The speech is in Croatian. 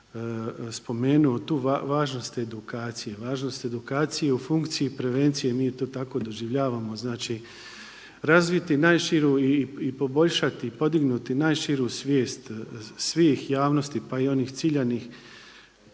spomenuo tu važnost edukacije, važnost edukacije u funkciji prevencije i mi ju tu tako doživljavamo, znači razviti najširu i poboljšati i podignuti najširu svijest svih javnosti pa i onih ciljanih